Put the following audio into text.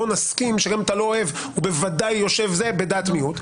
בוא נסכים שגם אם אתה לא אוהב הוא בוודאי יושב בדעת מיעוט.